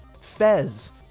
Fez